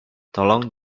tolong